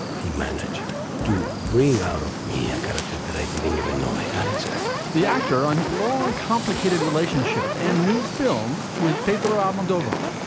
he manage to bring out of me a kind of character that i didn't even know i had in say the actor on his long complicated relationship and new film with pedro almodovar.